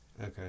okay